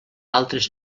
altres